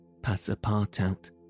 Passapartout